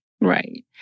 Right